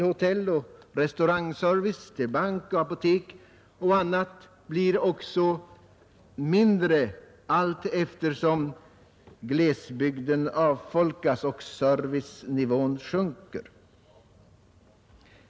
Hotelloch restaurangservicen samt tillgången till banker och apotek minskar också allteftersom glesbygden avfolkas och servicenivån sjunker.